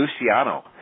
Luciano